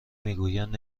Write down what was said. میگویند